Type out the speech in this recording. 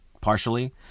partially